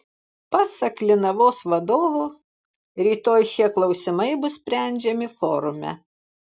pasak linavos vadovo rytoj šie klausimai bus sprendžiami forume